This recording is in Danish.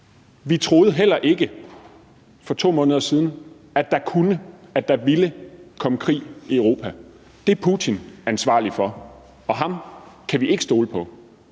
at vi heller ikke troede for 2 måneder siden, at der kunne eller ville komme krig i Europa. Det er Putin ansvarlig for, og ham kan vi ikke stole på.